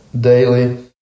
daily